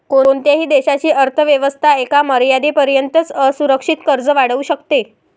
कोणत्याही देशाची अर्थ व्यवस्था एका मर्यादेपर्यंतच असुरक्षित कर्ज वाढवू शकते